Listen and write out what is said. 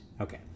Okay